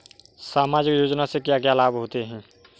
सामाजिक योजना से क्या क्या लाभ होते हैं?